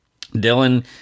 Dylan